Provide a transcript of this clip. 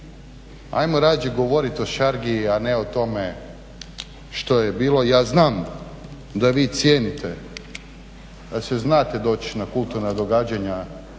Ajmo rađe govorit o šargiji a ne o tome. Ja znam da vi cijenite, da se znate doć na kulturna događanja